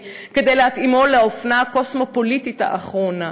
כדי להתאימו לאופנה הקוסמופוליטית האחרונה.